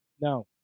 No